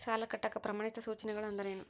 ಸಾಲ ಕಟ್ಟಾಕ ಪ್ರಮಾಣಿತ ಸೂಚನೆಗಳು ಅಂದರೇನು?